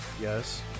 yes